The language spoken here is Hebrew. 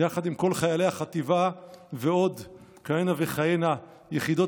יחד עם כל חיילי החטיבה ועוד כהנה וכהנה יחידות